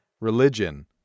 Religion